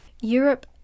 Europe